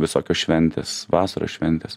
visokios šventės vasaros šventės